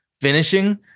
finishing